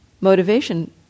motivation